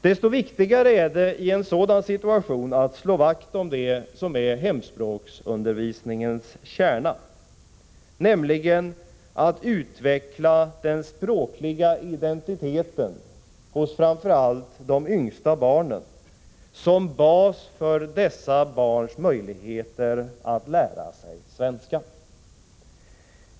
Desto viktigare är det att i en sådan situation slå vakt om det som är hemspråksundervisningens kärna, nämligen att utveckla den språkliga identiteten hos framför allt de yngsta barnen som bas för dessa barns möjligheter att lära sig svenska.